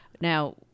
Now